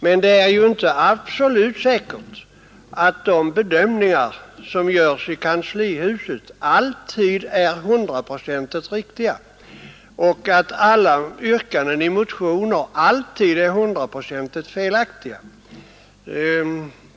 Men det är ju inte absolut säkert att de bedömningar som görs i kanslihuset alltid är hundraprocentigt riktiga och att alla yrkanden i motioner alltid är hundraprocentigt felaktiga.